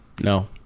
No